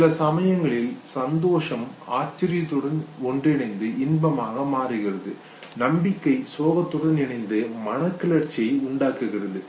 சில சமயங்களில் சந்தோஷம் ஆச்சரியத்துடன் ஒன்றிணைந்து இன்பமாக மாறுகிறது நம்பிக்கை சோகத்துடன் இணைந்து மனக்கிளர்ச்சியை உண்டாக்குகிறது